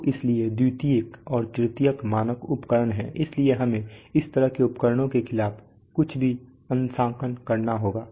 तो इसलिए द्वितीयक और तृतीयक मानक उपकरण हैं इसलिए हमें इस तरह के उपकरण के खिलाफ कुछ भी अंशांकन करना होगा